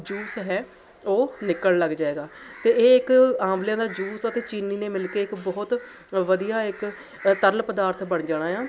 juice ਹੈ ਉਹ ਨਿਕਲਣ ਲੱਗ ਜਾਵੇਗਾ ਅਤੇ ਇਹ ਇੱਕ ਆਮਲਿਆਂ ਦਾ ਜੂਸ ਅਤੇ ਚੀਨੀ ਨੇ ਮਿਲ ਕੇ ਇੱਕ ਬਹੁਤ ਵਧੀਆ ਇੱਕ ਤਰਲ ਪਦਾਰਥ ਬਣ ਜਾਣਾ ਆ